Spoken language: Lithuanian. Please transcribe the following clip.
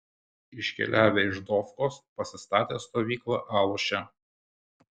iškeliavę iš dofkos pasistatė stovyklą aluše